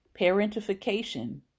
parentification